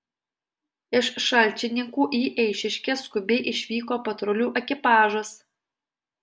iš šalčininkų į eišiškes skubiai išvyko patrulių ekipažas